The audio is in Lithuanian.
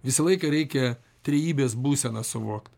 visą laiką reikia trejybės būseną suvokt